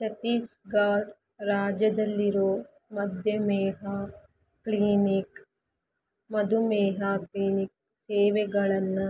ಛತ್ತೀಸ್ಗರ್ ರಾಜ್ಯದಲ್ಲಿರೋ ಮಧುಮೇಹ ಕ್ಲೀನಿಕ್ ಮಧುಮೇಹ ಕ್ಲೀನಿಕ್ ಸೇವೆಗಳನ್ನು